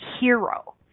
hero